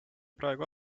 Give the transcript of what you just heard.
praegu